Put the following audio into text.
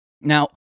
Now